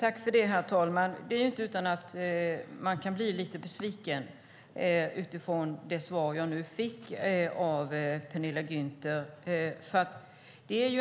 Herr talman! Det är inte utan att man kan bli lite besviken på svaret jag nu fick av Penilla Gunther.